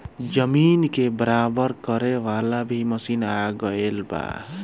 जमीन के बराबर करे वाला भी मशीन आ गएल बा